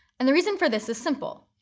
and the reason for this the simple.